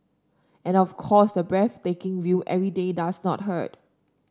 and of course the breathtaking view every day does not hurt